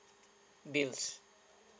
bills